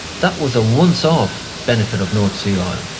that was a once-off benefit of north sea oil,